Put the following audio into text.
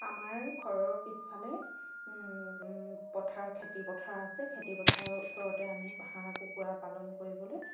আমাৰ ঘৰৰ পিছফালে পথাৰ খেতি পথাৰ আছে খেতি পথাৰৰ ওচৰতে আমি হাঁহ কুকুৰা পালন কৰিবলে